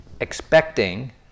expecting